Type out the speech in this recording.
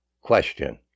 Question